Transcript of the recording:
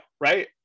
right